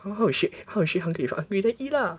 how is she how is she hungry hungry then eat lah